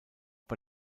bei